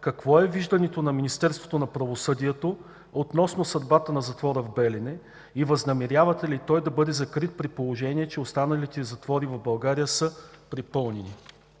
какво е виждането на Министерството на правосъдието относно съдбата на затвора в Белене и възнамерявате ли той да бъде закрит, при положение че останалите затвори в България се препълнени?